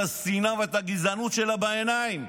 את השנאה ואת הגזענות שלה בעיניים.